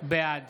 בעד